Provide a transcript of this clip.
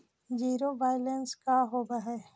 Zero balance का होव हइ?